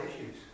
issues